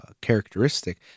characteristic